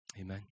Amen